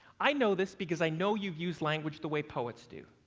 i know this because i know you use language the way poets do.